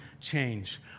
change